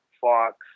Fox